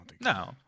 No